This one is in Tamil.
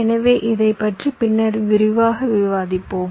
எனவே இதைப் பற்றி பின்னர் விரிவாக விவாதிப்போம்